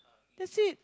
that's it